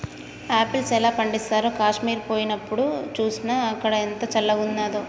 apples ఎలా పండిస్తారో కాశ్మీర్ పోయినప్డు చూస్నా, అక్కడ ఎంత చల్లంగున్నాదో